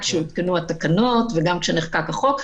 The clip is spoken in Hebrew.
גם כאשר הותקנו התקנות וגם כשנחקק החוק,